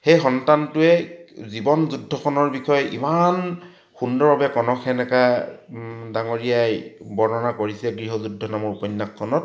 সেই সন্তানটোৱে জীৱন যুদ্ধখনৰ বিষয়ে ইমান সুন্দৰভাৱে কনকসেন ডেকা ডাঙৰীয়াই বৰ্ণনা কৰিছে গৃহযুদ্ধ নামৰ উপন্যাসখনত